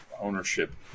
ownership